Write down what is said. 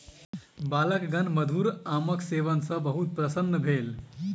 बालकगण मधुर आमक सेवन सॅ बहुत प्रसन्न भेल